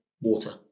water